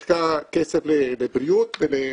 יש לך כסף לבריאות ולביטחון,